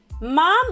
mom